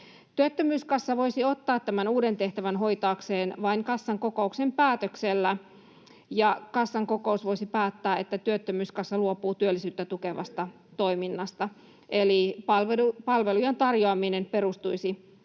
Työttömyyskassa voisi ottaa tämän uuden tehtävän hoitaakseen vain kassan kokouksen päätöksellä, ja kassan kokous voisi päättää, että työttömyyskassa luopuu työllisyyttä tukevasta toiminnasta. Eli palvelujen tarjoaminen perustuisi